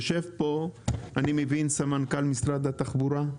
יושב פה, אני מבין סמנכ"ל משרד התחבורה.